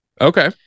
okay